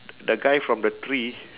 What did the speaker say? the guy from the tree